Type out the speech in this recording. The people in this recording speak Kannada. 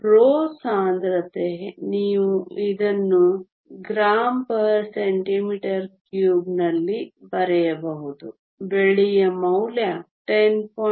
ρ ಸಾಂದ್ರತೆ ನೀವು ಇದನ್ನು g cm 3 ನಲ್ಲಿ ಬರೆಯಬಹುದು ಬೆಳ್ಳಿಯ ಮೌಲ್ಯ 10